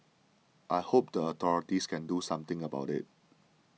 I hope the authorities can do something about it